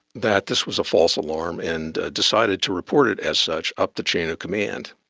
that this was a false alarm and decided to report it as such up the chain of command.